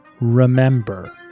remember